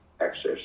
access